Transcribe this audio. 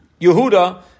Yehuda